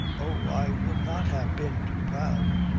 oh! i would not have been too proud.